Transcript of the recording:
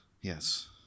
Yes